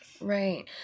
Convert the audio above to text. Right